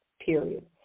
period